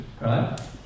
right